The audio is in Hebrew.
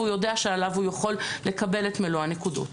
והוא יודע שעליו הוא יכול לקבל את מלוא הנקודות.